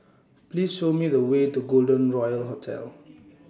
Please Show Me The Way to Golden Royal Hotel